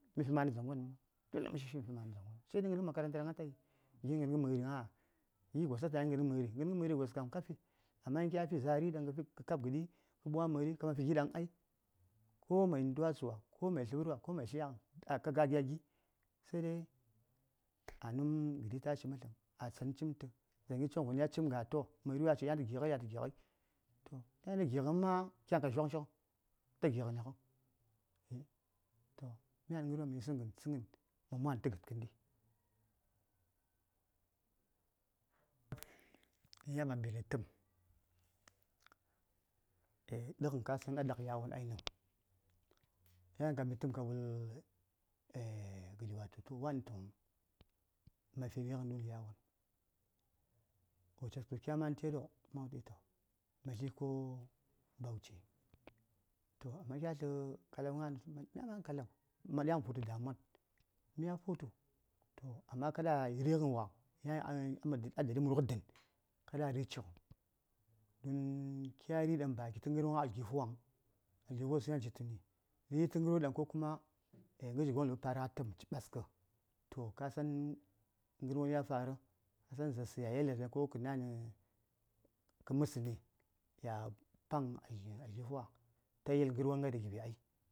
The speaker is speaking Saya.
﻿Myi fi magdə dzaŋgoŋ tun ɗan mə shishi myi fi dzaŋgoŋ sai dai kə makaranta ɗaŋ atayi gi nə gənghə məri gna? gi gos a fi a ghənghə məri ghən məri kam ka fi amma kya fi za:ri ɗaŋ kə kab gədi kə ɓwa məri kaman fi gi ɗaŋ ai ko mai ndwatsə wa ko mai tləɓərwa komai tlyaghən ai ka ga gya gi sai dai a num gədi tashi mbətləm a tsən cimtə dzaŋgi coŋvon ya cimgha toh məri wa ci yan tə gi:ghəi ya tə gi:ghəi toh yan ta gi:ghən ma kyan ka dzyonshi ghən ta gi:ghən huŋ myan ghərwon ɗaŋ mə yisəŋ ghən tsəngən mumwan tə gəd kəndi. yan ka mbi datəpm toh dəŋ ka yisəŋ a ɗak yawon yan ka mbi təm ka wul eah gədi watu wani mafi righən dun yawon wo cedkə kya man ceɗo ma wultu toh ma tli ko bauchi amma kya tlə kalau gna:n mya tlə kalau ma ɗiya mə futə damuwan mya futu toh amma kada righəbn wa a madadi murghə dən kada a ri: cik huŋ kya ri: ɗaŋ ba kitə ghənwon a aljihu waŋ aljihu wes yan yituni? kitə ghərwon ɗaŋ ko kuma gəshi gon wosəŋ faru a təpm to ka san ngərwon ya fara un za:rsə ya yeli ɗaŋ kə məsni ya paŋ aljihu wa ta yel ghərwon ghai ɗa giɓi ai